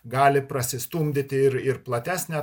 gali prasistumdyti ir ir platesnę